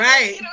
Right